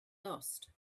lost